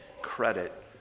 credit